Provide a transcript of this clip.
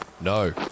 No